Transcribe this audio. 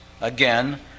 Again